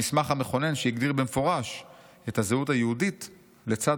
המסמך המכונן שהגדיר במפורש את הזהות היהודית לצד